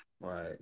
right